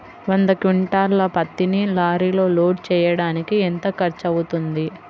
వంద క్వింటాళ్ల పత్తిని లారీలో లోడ్ చేయడానికి ఎంత ఖర్చవుతుంది?